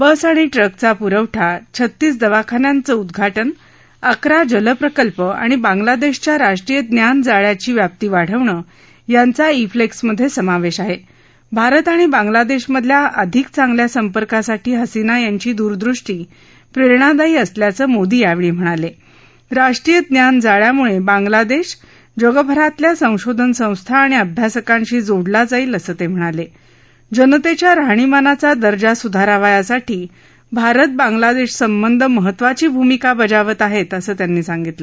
बस आणि ट्रकचा पुरवठा छत्तीस दवाखान्यांचं उद्घाटन अकरा जलप्रकल्प आणि बांगलादधान्या राष्ट्रीय ज्ञान जाळ्याची व्याप्ती वाढवणं याचा कलक्रिमधसिमावधीआहा आरत आणि बांगलादध्वप्रधल्या अधिक चांगल्या संपर्कासाठी हसिना यांची दूरदृष्टी प्रश्नादायी असल्याचं मोदी यावछी म्हणाल जाष्ट्रीय ज्ञान जाळ्यामुळबिंगलादधीजगभरातल्या संशोधन संस्था आणि अभ्यासकांशी जोडला जाईल असं त ्हिणाल ज्ञिनतच्या राहणीमानाचा दर्जा सुधारावा यासाठी भारत बांगलादधीसंबंध महत्त्वाची भूमिका बजावत आहाअसं त्यांनी सांगितलं